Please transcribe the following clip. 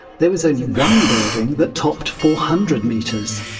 there was only one building that topped four hundred metres.